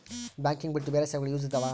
Banking ಬಿಟ್ಟು ಬೇರೆ ಸೇವೆಗಳು ಯೂಸ್ ಇದಾವ?